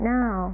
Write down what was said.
now